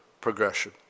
progression